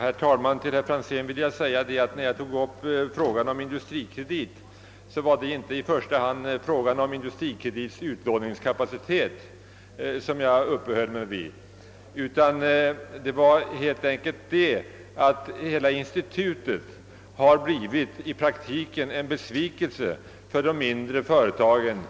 Herr talman! Jag vill säga till herr Franzén i Motala, att när jag tog upp frågan om AB Industrikredit uppehöll jag mig inte i första hand vid institutets utlåningskapacitet. Vad jag sade var att institutets verksamhet i praktiken har inneburit en besvikelse för de mindre företagen.